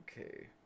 Okay